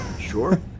Sure